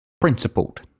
principled